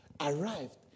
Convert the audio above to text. arrived